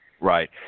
Right